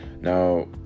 Now